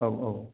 औ औ